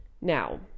Now